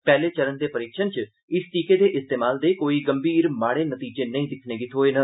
पैहले चरण दे परीक्षणें च इस टीके दे इस्तेमाल दे कोई गंभीर माडे नतीजे नेई दिक्खने गी थ्होए न